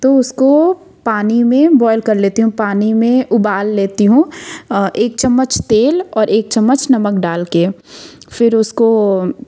तो उसको पानी मे बॉइल कर लेती हूँ पानी में उबाल लेती हूँ एक चम्मच तेल और एक चमच नमक डाल के फिर उसको